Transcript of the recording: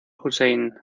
hussein